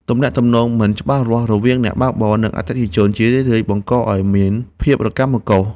ការទំនាក់ទំនងមិនច្បាស់លាស់រវាងអ្នកបើកបរ និងអតិថិជន ជារឿយៗបង្កឱ្យមានភាពរកាំរកូស។